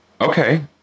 Okay